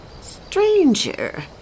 Stranger